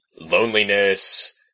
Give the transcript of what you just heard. loneliness